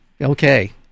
Okay